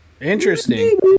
Interesting